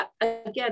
again